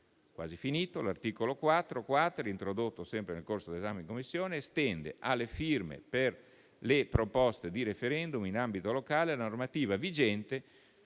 amministrative. L'articolo 4-*quater*, introdotto sempre nel corso d'esame in Commissione, estende alle firme per le proposte di *referendum* in ambito locale la normativa vigente